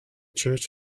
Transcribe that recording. church